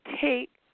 take